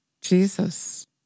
Jesus